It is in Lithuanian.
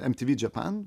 em ty vy džiapan